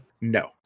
No